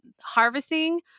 harvesting